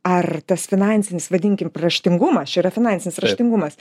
ar tas finansinis vadinkim raštingumas čia yra finansinis raštingumas